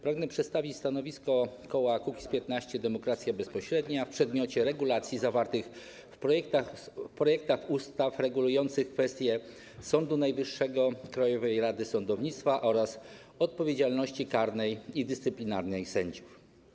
Pragnę przedstawić stanowisko koła Kukiz’15 - Demokracja Bezpośrednia w przedmiocie regulacji zawartych w projektach ustaw regulujących kwestie Sądu Najwyższego, Krajowej Rady Sądownictwa oraz odpowiedzialności karnej i dyscyplinarnej sędziów.